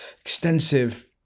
extensive